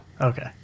Okay